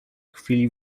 chwili